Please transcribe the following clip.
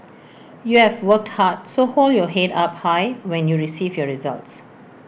you've work hard so hold your Head up high when you receive your results